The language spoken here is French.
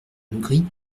legris